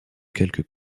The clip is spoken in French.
quelques